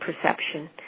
perception